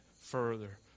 further